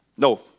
No